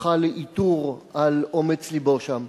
זכה לעיטור על אומץ לבו שם,